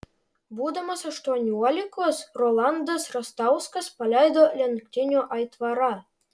būdamas aštuoniolikos rolandas rastauskas paleido lenktynių aitvarą